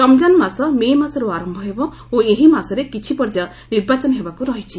ରମଜାନ ମାସ ମେ' ମାସରୁ ଆରମ୍ଭ ହେବ ଓ ଏହି ମାସରେ କିଛି ପର୍ଯ୍ୟାୟ ନିର୍ବାଚନ ହେବାକୁ ରହିଛି